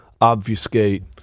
obfuscate